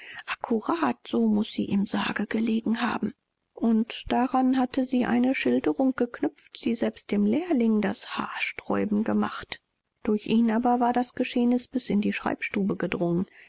akkurat so muß sie im sarge gelegen haben und daran hatte sie eine schilderung geknüpft die selbst dem lehrling das haar sträuben gemacht durch ihn aber war das geschehnis bis in die schreibstube gedrungen